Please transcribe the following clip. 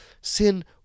sin